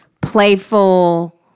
playful